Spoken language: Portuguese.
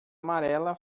amarela